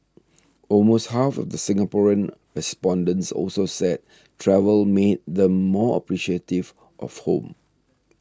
almost half of the Singaporean respondents also said travel made them more appreciative of home